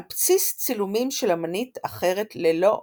על בסיס צילומים של אמנית אחרת, ללא רשותה.